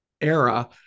era